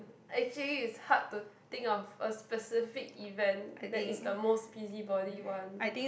actually it's hard to think of a specific event that is the most busybody one